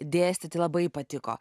dėstyti labai patiko